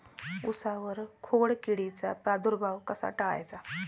उसावर खोडकिडीचा प्रादुर्भाव कसा टाळायचा?